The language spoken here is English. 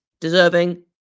deserving